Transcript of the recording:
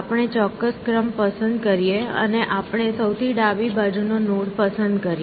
આપણે ચોક્કસ ક્રમ પસંદ કરીએ અને આપણે સૌથી ડાબી બાજુ નો નોડ પસંદ કરીએ